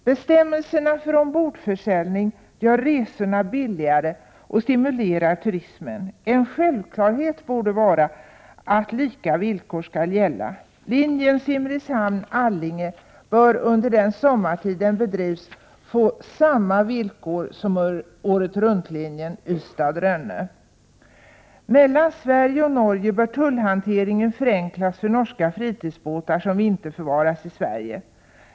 Bestämmelserna för ombordförsäljning gör resorna billigare och stimulerar turismen. Det borde vara en självklarhet att lika villkor skall gälla. Linjen Simrishamn-Allinge, som drivs sommartid, bör få samma villkor som året-runt-linjen Ystad-Rönne. När det gäller trafiken mellan Sverige och Norge bör tullhanteringen förenklas för norska fritidsbåtar som vinterförvaras i Sverige.